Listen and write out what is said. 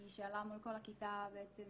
היא שאלה מול כל הכיתה מי